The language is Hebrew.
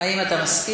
האם אתה מסכים?